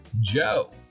Joe